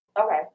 Okay